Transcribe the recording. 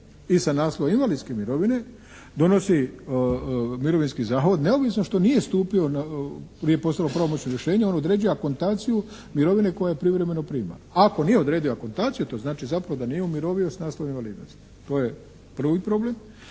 i sa naslova invalidske mirovine donosi mirovinski zavod neovisno što nije stupio prije …/Govornik se ne razumije./… pravomoćno rješenje on određuje akontaciju mirovine koju privremeno prima. Ako nije odredio akontaciju to znači zapravo da nije …/Govornik se ne razumije./… s naslova invalidnosti. To je prvi problem.